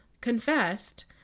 confessed